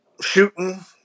shooting